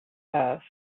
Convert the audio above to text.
earth